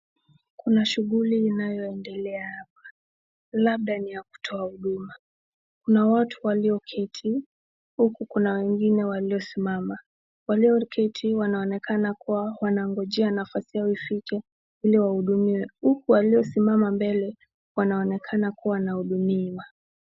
Kuna shughuli inaoendelea hapa labda ni ya kutoa huduma. Kuna watu walioketi hiku kuna wengine walio simama. Walioketi wanaonekana kuwa wanangojea ifike ili wahudumiwe. Huku wanaosimama mbele wanaonekana kuwa wanahudumiwa.